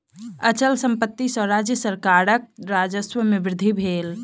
अचल संपत्ति सॅ राज्य सरकारक राजस्व में वृद्धि भेल